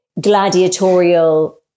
gladiatorial